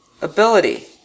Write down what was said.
ability